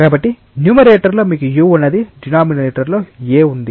కాబట్టి న్యూమరేటర్లో మీకు u ఉన్నది డినామినేటర్ లో a ఉంది